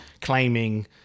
claiming